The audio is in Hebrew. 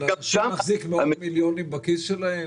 של אנשים להחזיק מאות מיליונים בכיס שלהם?